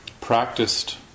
practiced